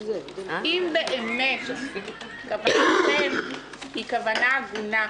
אם באמת כוונתכם היא כוונה הגונה,